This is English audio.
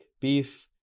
beef